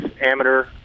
amateur